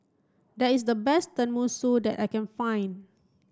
that is the best Tenmusu that I can find